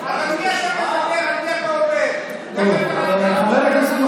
שאתה מדבר בשמו --- על מי אתה מדבר?